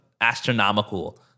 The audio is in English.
astronomical